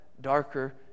darker